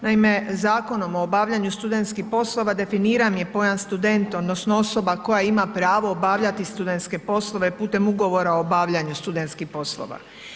Naime, Zakonom o obavljanju studentskih poslova definiran je pojam student odnosno osoba koja ima pravo obavljati studentske poslove putem ugovora o obavljanju studentskih poslova.